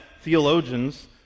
theologians